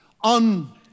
on